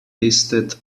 listed